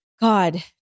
God